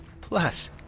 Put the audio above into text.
Plus